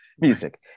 Music